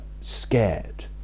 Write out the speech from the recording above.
scared